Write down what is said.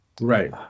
Right